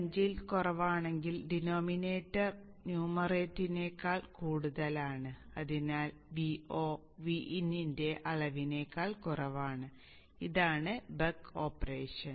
5 ൽ കുറവാണെങ്കിൽ ഡിനോമിനേറ്റർ ന്യൂമറേറ്ററിനേക്കാൾ കൂടുതലാണ് അതിനാൽ Vo Vin ന്റെ അളവിനേക്കാൾ കുറവാണ് ഇതാണ് ബക്ക് ഓപ്പറേഷൻ